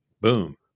boom